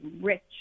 rich